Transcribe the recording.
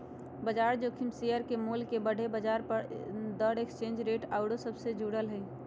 बजार जोखिम शेयर के मोल के बढ़े, ब्याज दर, एक्सचेंज रेट आउरो से जुड़ल हइ